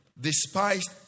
despised